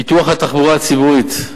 פיתוח התחבורה הציבורית,